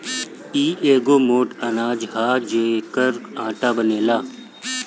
इ एगो मोट अनाज हअ जेकर आटा बनेला